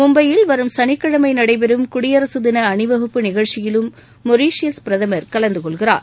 மும்பையில் வரும் சனிக்கிழமை நடைபெறும் குடியரசுதின அணிவகுப்பு நிகழ்ச்சியிலும் மொரீசியஸ் பிரதமர் கலந்துகொள்கிறார்